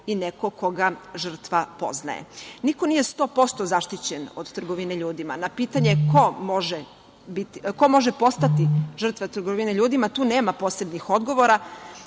i ne koga žrtva poznaje. Niko nije sto posto zaštićen od trgovine ljudima. Na pitanje ko može postati žrtva trgovine ljudima, tu nema posebnih odgovora,